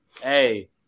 Hey